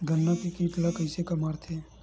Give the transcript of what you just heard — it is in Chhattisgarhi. गन्ना के कीट ला कइसे मारथे?